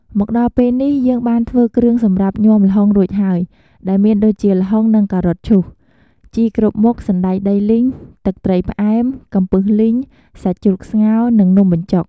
មកដល់ពេលនេះ យើងបានធ្វើគ្រឿងសម្រាប់ញាំល្ហុងរួចហើយ ដែលមានដូចជា ល្ហុង និង ការ៉ុតឈូស ជីគ្រប់មុខ សណ្ដែកដីលីង ទឹកត្រីផ្អែម កំពឹសលីង សាច់ជ្រូកស្ងោរ និងនំបញ្ចុក។